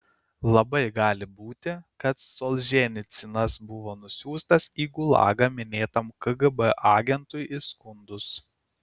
labai gali būti kad solženicynas buvo nusiųstas į gulagą minėtam kgb agentui įskundus